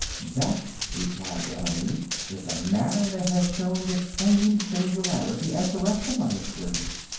that, replied annerly, is a matter that has shown the same singularity as the rest of my experience.